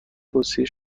توصیه